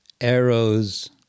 arrows